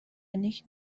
نیک